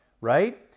Right